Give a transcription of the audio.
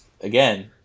again